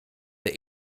they